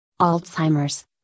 Alzheimer's